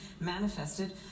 manifested